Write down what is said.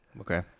Okay